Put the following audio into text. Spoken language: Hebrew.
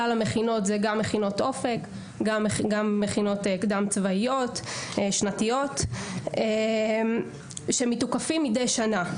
גם מכינות אופק וגם מכינות קדם צבאיות שנתיות שמתוקפים מדי שנה.